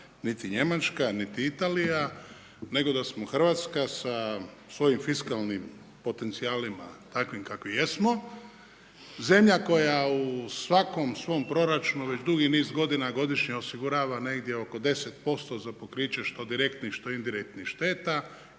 niti Njemačka, niti Italija, nego da smo Hrvatska sa svojim fiskalnim potencijalima, takvim kakvim jesmo, zemlja koja u svakom svom proračunu već dugi niz godina godišnje osigurava negdje oko 10% za pokriće što direktnih, što indirektnih šteta,